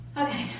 Okay